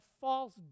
false